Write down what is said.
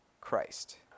Christ